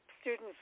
students